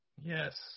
Yes